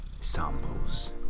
samples